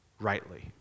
rightly